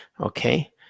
Okay